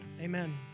Amen